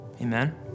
amen